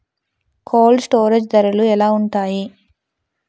Cold storage ధరలు ఎలా ఉంటాయి?